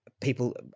people